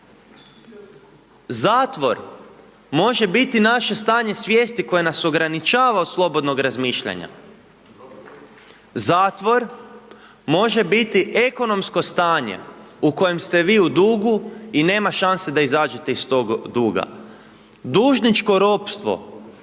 Zatvor može biti naše stanje svijesti koje nas ograničava od slobodnog razmišljanja. Zatvor može biti ekonomsko stanje u kojem ste vi u dugu i nema šanse da izađete iz tog duga. Dužničko ropstvo